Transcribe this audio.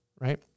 Right